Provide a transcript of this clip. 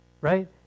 Right